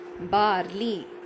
barley